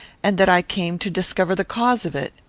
and that i came to discover the cause of it.